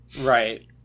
Right